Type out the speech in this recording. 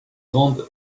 grandes